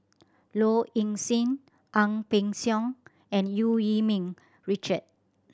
Low Ing Sing Ang Peng Siong and Eu Yee Ming Richard